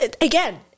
again